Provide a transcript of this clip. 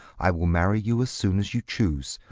i will marry you as soon as you choose.